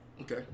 Okay